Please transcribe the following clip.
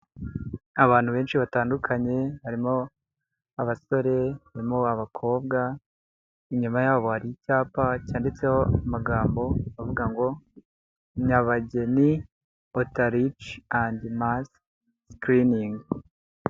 Abantu benshi batandukanye, harimo abasore, harimo abakobwa, inyuma yabo hari icyapa cyanditseho amagambo avuga ngo ''Nyabageni outreach and mass screening''.